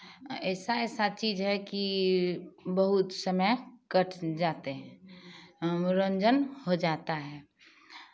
ऐसा ऐसा चीज़ है कि बहुत समय कट जाते हैं मनोरंजन हो जाता है